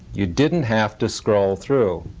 you didn't have to scroll through.